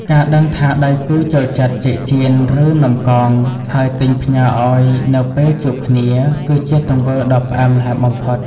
ការដឹងថាដៃគូចូលចិត្ត "ចេកចៀន" ឬ "នំកង" ហើយទិញផ្ញើឱ្យនៅពេលជួបគ្នា គឺជាទង្វើដ៏ផ្អែមល្ហែមបំផុត។